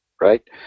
right